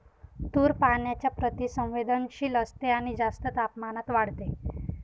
तूर पाण्याच्या प्रति संवेदनशील असते आणि जास्त तापमानात वाढते